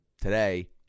today